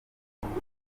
nkomyi